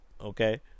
Okay